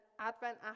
Advent